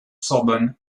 sorbonne